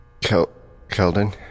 Keldin